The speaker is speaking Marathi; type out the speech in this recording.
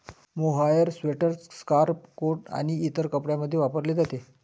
मोहायर स्वेटर, स्कार्फ, कोट आणि इतर कपड्यांमध्ये वापरले जाते